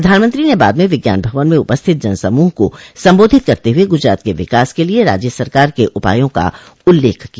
प्रधानमंत्री ने बाद में विज्ञान भवन में उपसंथित जनसमूह को सम्बोधित करते हुए गुजरात के विकास के लिए राज्य सरकार के उपायों का उल्लेख किया